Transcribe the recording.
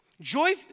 joy